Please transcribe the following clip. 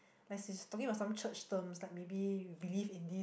like she's talking about some church terms like maybe you believe in this or